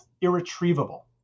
irretrievable